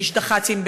שליש דח"צים,